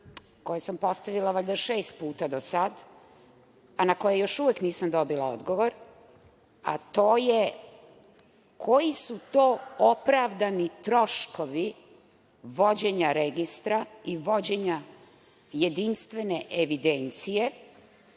koje sam postavila valjda šest puta do sada, a na koje još uvek nisam dobila odgovor, a to je – koji su to opravdani troškovi vođenja registra i vođenja jedinstvene evidencije